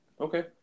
Okay